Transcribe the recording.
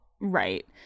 right